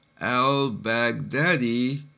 Al-Baghdadi